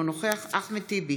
אינו נוכח אחמד טיבי,